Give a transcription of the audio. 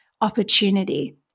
opportunity